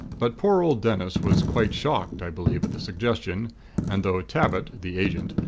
but poor old dennis was quite shocked, i believe, at the suggestion and though tabbit, the agent,